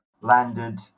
landed